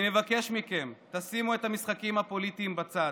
אני מבקש שתשימו את המשחקים הפוליטיים בצד.